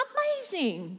Amazing